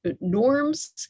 norms